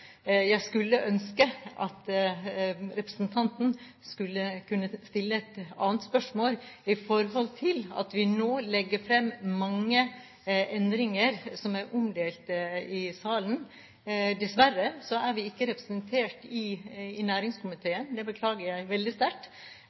Jeg skulle ønske at representanten kunne stille et annet spørsmål med tanke på at vi nå legger fram forslag om mange endringer, forslag som er omdelt i salen. Dessverre er vi ikke representert i næringskomiteen, det beklager jeg veldig sterkt,